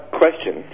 question